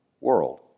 world